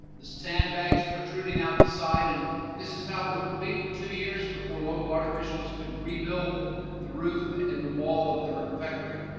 the sandbags protruding out the side. and this is how it would be for two years before local art officials could rebuild and the roof and the wall of the refectory.